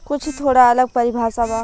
कुछ थोड़ा अलग परिभाषा बा